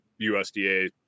usda